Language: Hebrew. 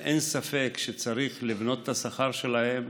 אין ספק שצריך לבנות את השכר שלהם.